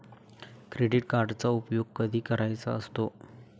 Credit कार्डचा उपयोग कधी करायचा असतो?